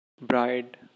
bride